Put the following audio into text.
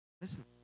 Listen